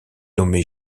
nommé